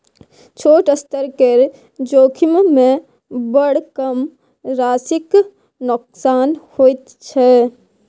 छोट स्तर केर जोखिममे बड़ कम राशिक नोकसान होइत छै